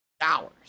Hours